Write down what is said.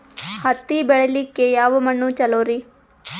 ಹತ್ತಿ ಬೆಳಿಲಿಕ್ಕೆ ಯಾವ ಮಣ್ಣು ಚಲೋರಿ?